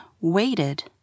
waited